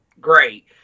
great